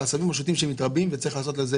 העשבים השוטים מתרבים וצריך לעשות לזה